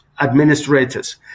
administrators